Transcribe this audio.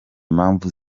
impamvu